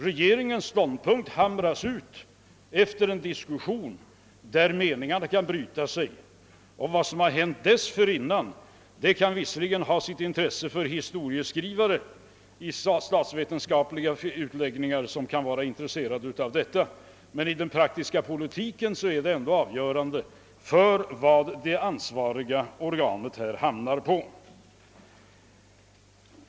Regeringens ståndpunkt hamras ut efter en diskussion där mening arna kan bryta sig. Vad som har sagts i diskussionen kan visserligen ha sitt intresse för historieskrivare i statsvetenskapliga ämnen, men i den praktiska politiken är det avgörande vilken ståndpunkt det ansvariga organet slutligen intar.